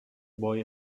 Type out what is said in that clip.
boy